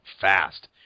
fast